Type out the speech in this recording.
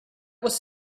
was